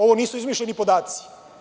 Ovo nisu izmišljeni podaci.